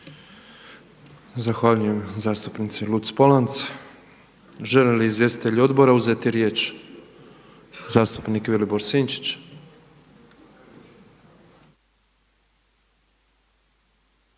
Zahvaljujem zastupnici Luc-Polanc. Žele li izvjestitelji odbora uzeti riječ? Zastupnik Vilibor Sinčić,